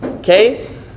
Okay